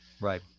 right